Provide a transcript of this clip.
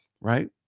Right